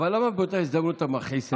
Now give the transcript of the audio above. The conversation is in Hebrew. אבל למה באותה הזדמנות אתה מכעיס את,